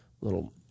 little